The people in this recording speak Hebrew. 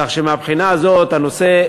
כך שמהבחינה הזאת הנושא,